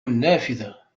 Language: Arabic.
النافذة